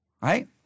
right